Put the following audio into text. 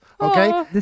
okay